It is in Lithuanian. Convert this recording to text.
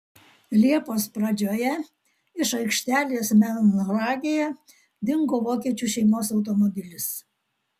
liepos pradžioje iš aikštelės melnragėje dingo vokiečių šeimos automobilis